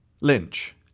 Lynch